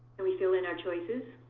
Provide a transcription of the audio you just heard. and we fill in our choices.